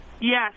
Yes